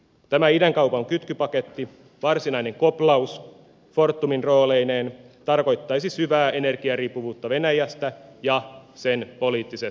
tämä idänkaupan kytkypaketti varsinainen koplaus fortumin rooleineen tarkoittaisi syvää energiariippuvuutta venäjästä ja sen poliittisesta johdosta